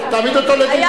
תעמיד אותו לדין,